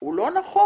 הוא לא נכון.